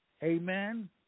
Amen